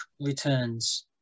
returns